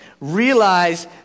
Realize